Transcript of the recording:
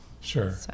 sure